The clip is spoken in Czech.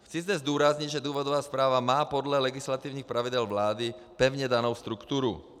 Chci zde zdůraznit, že důvodová zpráva má podle legislativních pravidel vlády pevně danou strukturu.